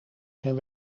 zijn